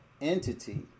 entity